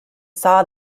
saw